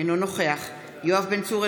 אינו נוכח יואב בן צור,